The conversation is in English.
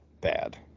bad